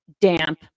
damp